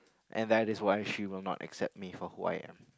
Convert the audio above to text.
and that is why she will not accept me for who I am